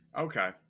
Okay